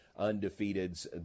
undefeateds